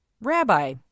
Rabbi